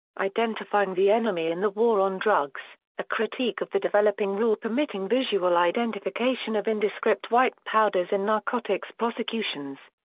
identifying the enemy in the war on drugs a critique of the developing rule permitting visual identification of indescript white powders in narcotics prosecutions.